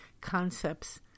concepts